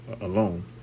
alone